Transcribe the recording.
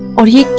are you?